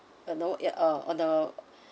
uh no yet uh on the